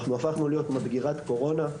אנחנו הפכנו להיות מדגרת קורונה,